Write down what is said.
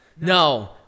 No